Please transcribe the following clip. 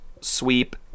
sweep